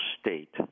state